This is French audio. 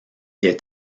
est